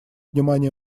внимание